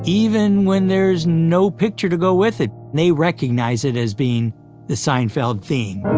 even when there's no picture to go with it, they recognize it as being the seinfeld theme